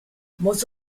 most